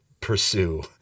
pursue